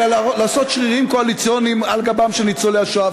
אלא לעשות שרירים קואליציוניים על גבם של ניצולי השואה.